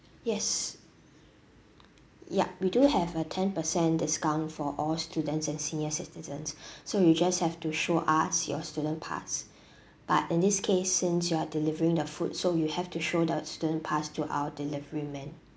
yes yup we do have a ten percent discount for all students and senior citizens so you just have to show us your student pass but in this case since you are delivering the food so you will have to show the student pass to our delivery man